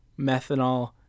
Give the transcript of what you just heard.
methanol